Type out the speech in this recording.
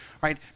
right